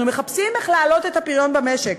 אנחנו מחפשים איך להעלות את הפריון במשק.